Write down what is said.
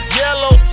yellow